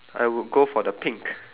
I would go for the pink